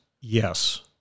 Yes